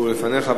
הוא לפניך.